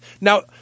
Now